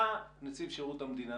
נציב שירות המדינה,